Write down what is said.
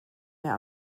mehr